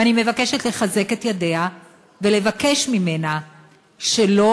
ואני מבקשת לחזק את ידיה ולבקש ממנה שלא